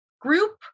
group